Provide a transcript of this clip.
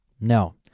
No